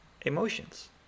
emotions